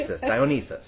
Dionysus